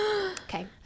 Okay